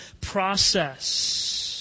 process